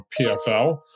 pfl